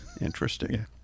Interesting